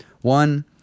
One